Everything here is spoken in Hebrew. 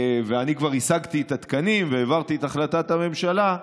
ואני כבר השגתי את התקנים והעברתי את החלטת הממשלה,